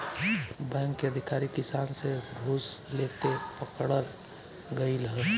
bank के अधिकारी किसान से घूस लेते पकड़ल गइल ह